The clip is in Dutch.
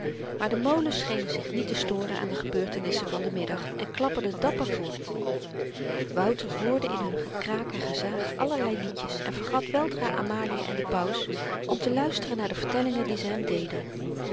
maar de molens schenen zich niet te storen aan de gebeurtenissen van den middag en klapperden dapper voort wouter hoorde in hun gekraak en gezaag allerlei liedjes en vergat weldra amalia en den paus om te luisteren naar de vertellingen die ze hem deden